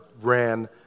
ran